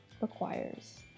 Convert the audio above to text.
requires